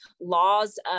laws